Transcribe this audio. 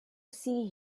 see